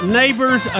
neighbors